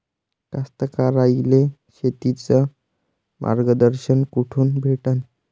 कास्तकाराइले शेतीचं मार्गदर्शन कुठून भेटन?